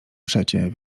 przecie